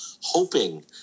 hoping